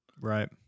right